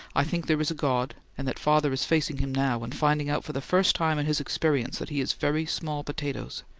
i think there is a god, and that father is facing him now, and finding out for the first time in his experience that he is very small potatoes,